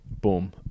boom